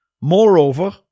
Moreover